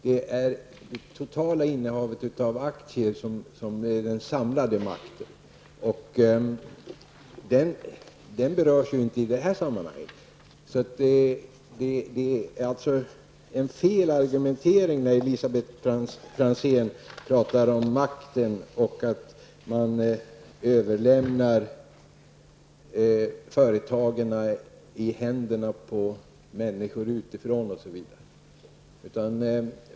Det är det totala innehavet av aktier som är den samlade makten. Den berörs ju inte i det här sammanhanget. Det är en felaktig argumentering när Elisabet Franzén pratar om makten, att man överlämnar företagen i händerna på människor utifrån osv.